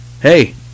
hey